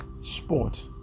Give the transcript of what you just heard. sport